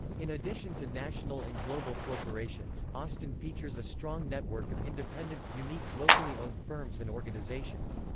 in addition to national and global corporations, austin features a strong network of independent, unique, locally owned firms and organizations.